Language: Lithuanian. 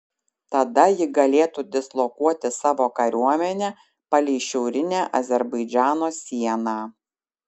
tada ji galėtų dislokuoti savo kariuomenę palei šiaurinę azerbaidžano sieną